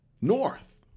north